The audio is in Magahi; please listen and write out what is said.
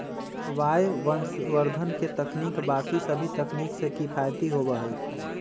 वायवसंवर्धन के तकनीक बाकि सभी तकनीक से किफ़ायती होबा हई